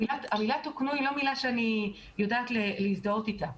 המילה "תוקנו" היא לא מילה שאני יודעת להזדהות איתה.